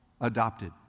adopted